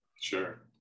Sure